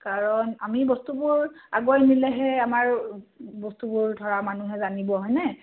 কাৰণ আমি বস্তুবোৰ আগুৱাই নিলেহে আমাৰ বস্তুবোৰ ধৰা মানুহে জানিব হয়নে